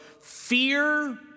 fear